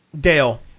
dale